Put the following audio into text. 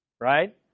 Right